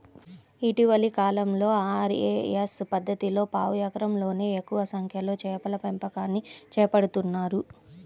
ఇటీవలి కాలంలో ఆర్.ఏ.ఎస్ పద్ధతిలో పావు ఎకరంలోనే ఎక్కువ సంఖ్యలో చేపల పెంపకాన్ని చేపడుతున్నారు